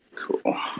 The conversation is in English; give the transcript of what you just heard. Cool